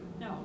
No